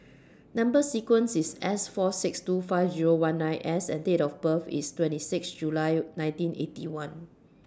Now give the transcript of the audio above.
Number sequence IS S four six two five Zero one nine S and Date of birth IS twenty six July nineteen Eighty One